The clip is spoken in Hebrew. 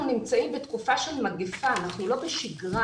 אנחנו נמצאים בתקופה של מגפה, אנחנו לא בשגרה.